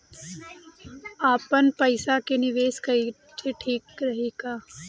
आपनपईसा के निवेस कईल ठीक रही का?